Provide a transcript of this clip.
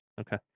Okay